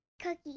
Cookie